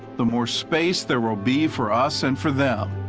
the most space there will be for us and for them.